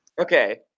Okay